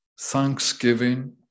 thanksgiving